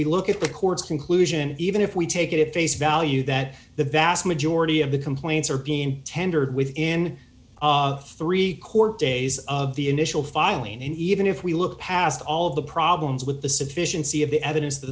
we look at the court's conclusion even if we take it at face value that the vast majority of the complaints are being tendered within three court days of the initial filing and even if we look past all of the problems with the sufficiency of the evidence t